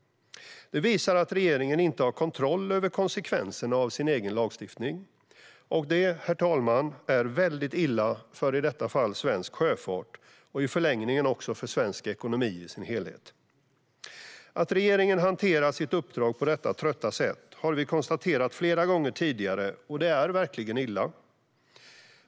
Det visar att regeringen inte har kontroll över konsekvenserna av sin egen lagstiftning. Och det, herr talman, är väldigt illa för i detta fall svensk sjöfart, och i förlängningen också för svensk ekonomi i dess helhet. Att regeringen hanterar sitt uppdrag på detta trötta sätt har vi kunnat konstatera flera gånger tidigare, och det är verkligen illa.